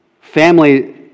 Family